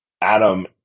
Adam